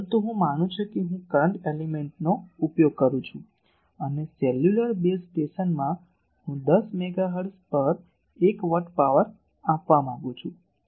પરંતુ હું માનું છું કે હું કરંટ એલીમેન્ટનો ઉપયોગ કરું છું અને સેલ્યુલર બેઝ સ્ટેશનમાં હું 10 મેગાહર્ટ્ઝ પર 1 વોટ પાવર આપવા માંગું છું